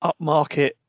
upmarket